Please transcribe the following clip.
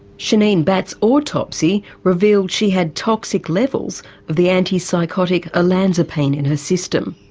shaneen batts' autopsy revealed she had toxic levels of the antipsychotic olanzapine in her system.